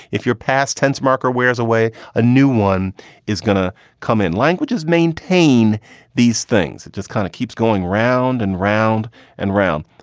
if you're past tense, marker wears away, a new one is going to come in. languages, maintain these things. it just kind of keeps going round and round and round.